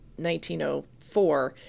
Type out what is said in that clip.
1904